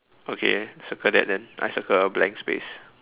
okay circle that then I circle blank space